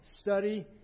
study